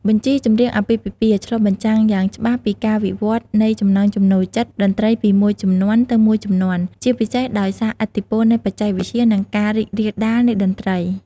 បញ្ជីចម្រៀងអាពាហ៍ពិពាហ៍ឆ្លុះបញ្ចាំងយ៉ាងច្បាស់ពីការវិវត្តន៍នៃចំណង់ចំណូលចិត្តតន្ត្រីពីមួយជំនាន់ទៅមួយជំនាន់ ជាពិសេសដោយសារឥទ្ធិពលនៃបច្ចេកវិទ្យា និងការរីករាលដាលនៃតន្ត្រី។